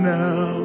now